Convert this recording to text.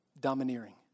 domineering